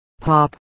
Pop